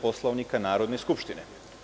Poslovnika Narodne skupštine.